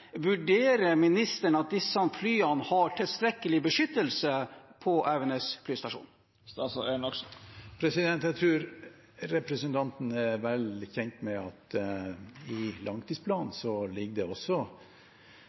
Vurderer ministeren at disse flyene har tilstrekkelig beskyttelse på Evenes flystasjon? Jeg tror representanten er vel kjent med at i langtidsplanen ligger det også